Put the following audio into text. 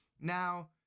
Now